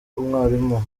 umwarimu